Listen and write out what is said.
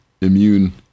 immune